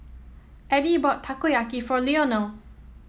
Addie bought Takoyaki for Leonel